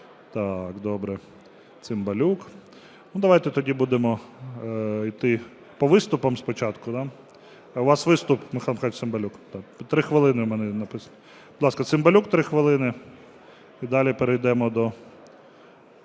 Так, добре. Цимбалюк Давайте тоді будемо йти по виступах спочатку, да? У вас виступ, Михайло Михайлович Цимбалюк, 3 хвилини у мене написано. Будь ласка, Цимбалюк – 3 хвилини, і далі перейдемо до